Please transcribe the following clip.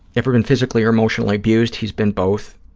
ever been physically or emotionally abused? he's been both.